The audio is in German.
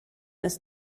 ist